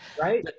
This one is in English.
Right